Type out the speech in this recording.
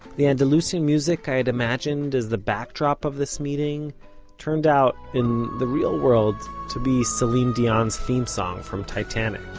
the andalusian music i had imagined as the backdrop to this meeting turned out in the real world to be celine dion's theme song from titanic